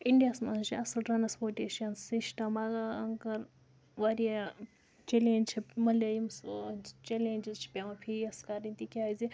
India ہَس منٛز چھُ اصٕل ٹرٛانَسپورٹیشَن سِسٹَم مگر اگر واریاہ چیٚلینج چھِ میلے ییٚمِس چیٚلینجِز چھِ پیٚوان فیس کَرٕنۍ تِکیٛازِ